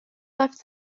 left